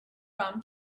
rum